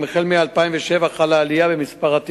בבקשה, חבר הכנסת זאב.